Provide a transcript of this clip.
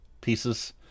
pieces